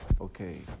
Okay